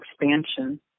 expansion